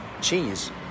cheese